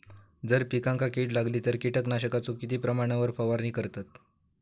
जर पिकांका कीड लागली तर कीटकनाशकाचो किती प्रमाणावर फवारणी करतत?